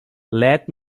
let